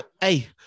Hey